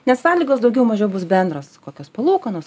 nes sąlygos daugiau mažiau bus bendros kokios palūkanos